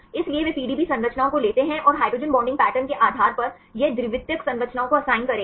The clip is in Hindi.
इसलिए वे PDB संरचनाओं को लेते हैं और हाइड्रोजन बॉन्डिंग पैटर्न के आधार पर यह द्वितीयक संरचनाओं को असाइन करेगा